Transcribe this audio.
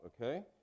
okay